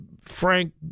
Frank